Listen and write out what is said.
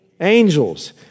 angels